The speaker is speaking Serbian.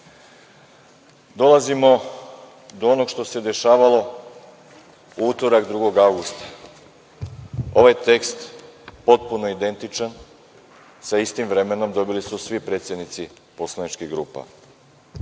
jula. Dolazimo do onoga što se dešavalo u utorak 2. avgusta. Ovaj tekst potpuno identičan sa istim vremenom, dobili su svi predsednici poslaničkih grupa